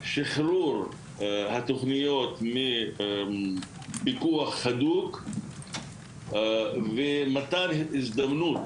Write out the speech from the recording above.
שחרור התוכניות מפיקוח הדוק ומתן הזדמנות